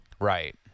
Right